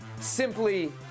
simply